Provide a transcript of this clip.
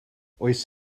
oes